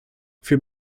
für